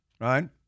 right